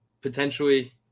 potentially